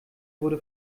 wurde